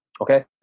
Okay